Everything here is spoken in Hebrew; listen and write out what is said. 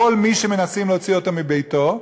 כל מי שמנסים להוציא אותו מביתו,